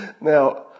Now